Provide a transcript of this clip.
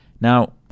Now